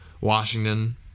Washington